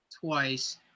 twice